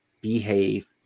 behave